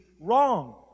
wrong